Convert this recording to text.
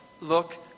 look